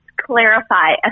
clarify